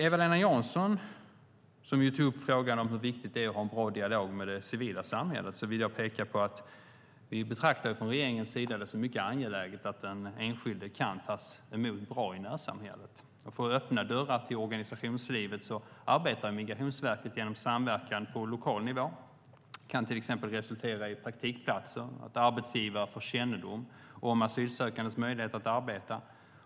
Eva-Lena Jansson tog upp frågan om hur viktigt det är att ha en bra dialog med det civila samhället. Vi från regeringen betraktar det som mycket angeläget att den enskilde kan tas emot bra i närsamhället. För att öppna dörrar till organisationslivet samverkar Migrationsverket med den lokala nivån. Det kan till exempel resultera i praktikplatser, att arbetsgivare får kännedom om asylsökandes möjligheter att arbeta.